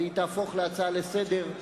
והיא תהפוך להצעה לסדר-היום,